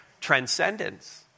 Transcendence